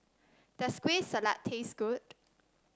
does Kueh Salat taste good